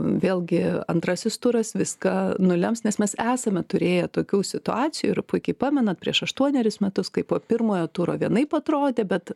vėlgi antrasis turas viską nulems nes mes esame turėję tokių situacijų ir puikiai pamenat prieš aštuonerius metus kai po pirmojo turo vienaip atrodė bet